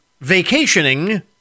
vacationing